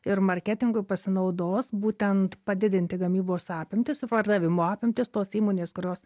ir marketingu pasinaudos būtent padidinti gamybos apimtis pardavimo apimtis tos įmonės kurios